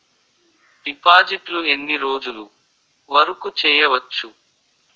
డిపాజిట్లు ఎన్ని రోజులు వరుకు చెయ్యవచ్చు?